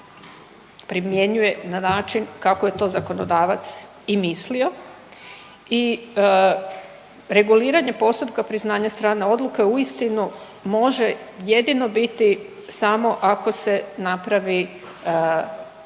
primjenjuje na način kako je to zakonodavac i mislio i reguliranje postupka priznanja strane odluke uistinu može jedino biti samo ako se napravi provjera